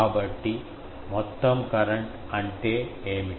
కాబట్టి మొత్తం కరెంట్ అంటే ఏమిటి